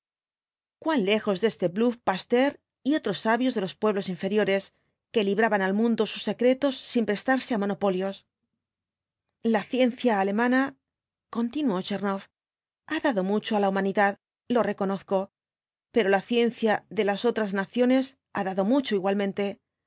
cuan lejos de este bluff fsteur y otros sabios de los pueblos inferiores que libraban al mundo sus secretos sin prestarse á monopolios la ciencia alemana continuó tchernoff ha dado mucho á la humanidad lo reconozco pero la ciencia de las otras naciones ha dado mucho igualmente